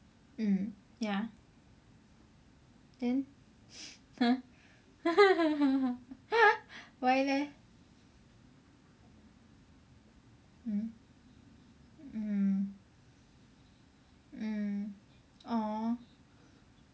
mm ya then !huh! why leh mm mm mm orh